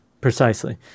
Precisely